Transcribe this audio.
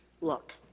Look